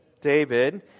David